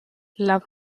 love